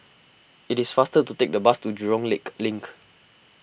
it is faster to take the bus to Jurong Lake Link